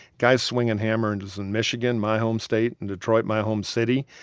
guys swinging hammers in michigan, my home state, in detroit, my home city,